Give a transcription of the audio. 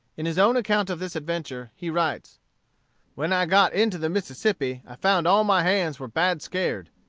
in his own account of this adventure he writes when i got into the mississippi i found all my hands were bad scared.